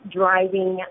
driving